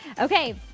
Okay